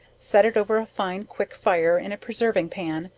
set it over a fine quick fire in a preserving pan,